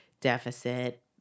deficit